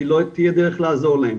כי לא תהיה דרך לעזור להם.